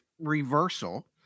reversal